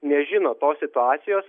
nežino tos situacijos